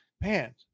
man